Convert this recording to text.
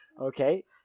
Okay